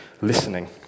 listening